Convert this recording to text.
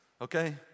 Okay